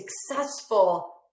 successful